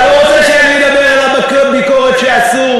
אתה לא רוצה שאני אדבר על הביקורת שעשו,